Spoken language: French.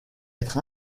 être